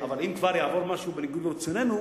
אבל אם כבר יעבור משהו בניגוד לרצוננו,